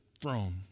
Throne